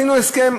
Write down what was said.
עשינו הסכם.